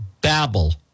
babble